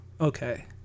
Okay